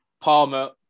palmer